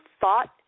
thought